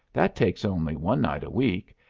that takes only one night a week,